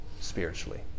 spiritually